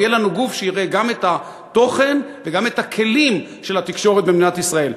ויהיה לנו גוף שיראה גם את התוכן וגם את הכלים של התקשורת במדינת ישראל.